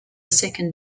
second